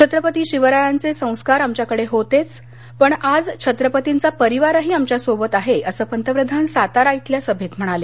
छत्रपती शिवरायांचे संस्कार आमच्याकडे होते पण आज छत्रपतिंचा परिवारच आमच्या सोबत आहे असं पंतप्रधान सातारा येथील सभेत म्हणाले